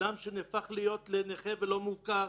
אדם שנהפך להיות נכה ולא מוכר,